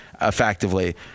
effectively